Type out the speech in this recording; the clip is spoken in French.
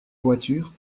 voitures